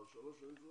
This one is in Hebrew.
שלוש שנים,